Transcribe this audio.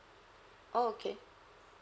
oh okay